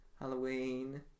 Halloween